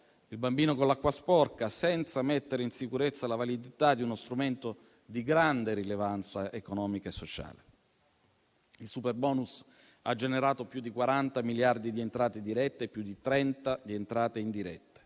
il bambino con l'acqua sporca, senza mettere in sicurezza la validità di uno strumento di grande rilevanza economica e sociale. Il superbonus ha generato più di 40 miliardi di entrate dirette e più di 30 di entrate indirette,